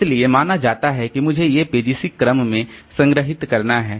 इसलिए माना जाता है कि मुझे ये पेज इसी क्रम में संग्रहीत करना हैं